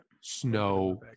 snow